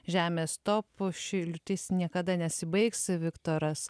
žemės topų ši liūtis niekada nesibaigs viktoras